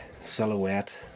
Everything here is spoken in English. silhouette